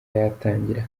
yatangira